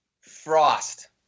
Frost